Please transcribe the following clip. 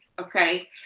okay